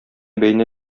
бәйнә